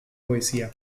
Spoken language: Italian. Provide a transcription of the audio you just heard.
poesia